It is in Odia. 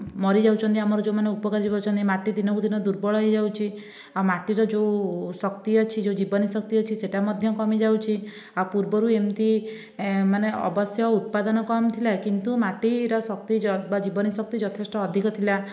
ମରିଯାଉଛନ୍ତି ଆମର ଯେଉଁମାନେ ଉପକାରୀ ଜୀବ ଅଛନ୍ତି ମାଟି ଦିନକୁ ଦିନ ଦୁର୍ବଳ ହୋଇଯାଉଛି ଆଉ ମାଟିର ଯେଉଁ ଶକ୍ତି ଅଛି ଯେଉଁ ଜୀବନୀଶକ୍ତି ଅଛି ସେଇଟା ମଧ୍ୟ କମିଯାଉଛି ଆଉ ପୂର୍ବରୁ ଏମିତି ମାନେ ଅବଶ୍ୟ ଉତ୍ପାଦନ କମ ଥିଲା କିନ୍ତୁ ମାଟିର ଶକ୍ତି ବା ଜୀବନୀଶକ୍ତି ଯଥେଷ୍ଟ ଅଧିକ ଥିଲା